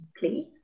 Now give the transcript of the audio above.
Please